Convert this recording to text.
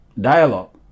dialogue